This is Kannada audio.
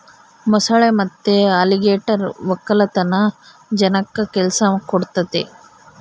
ಮೊಸಳೆ ಮತ್ತೆ ಅಲಿಗೇಟರ್ ವಕ್ಕಲತನ ಜನಕ್ಕ ಕೆಲ್ಸ ಕೊಡ್ತದೆ